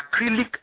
Acrylic